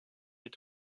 est